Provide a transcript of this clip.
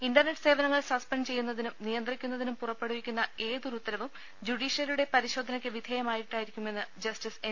internet സേവനങ്ങൾ suspend ചെയ്യുന്നതിനും നിയന്ത്രിക്കുന്നതിനും പുറപ്പെടുവിക്കുന്ന ഏതൊരുത്തര വും ജുഡീഷ്യറിയുടെ പരിശോധനയ്ക്ക് വിധേയമായി ട്ടായിരിക്കുമെന്ന് ജസ്റ്റിസ് എൻ